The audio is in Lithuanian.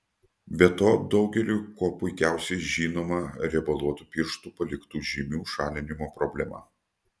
be to daugeliui kuo puikiausiai žinoma riebaluotų pirštų paliktų žymių šalinimo problema